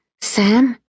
Sam